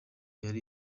yari